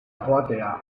joatea